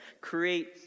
create